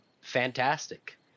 Fantastic